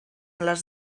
les